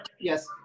yes